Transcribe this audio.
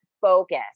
focus